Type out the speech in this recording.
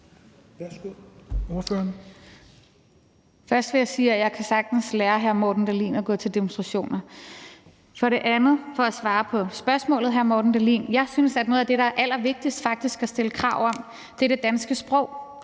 17:17 Rosa Lund (EL): Først vil jeg sige, at jeg sagtens kan lære hr. Morten Dahlin at gå til demonstrationer. For det andet vil jeg for at svare på spørgsmålet, hr. Morten Dahlin, sige, at jeg synes, at noget af det, der er allervigtigst at stille krav om, er det danske sprog.